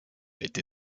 été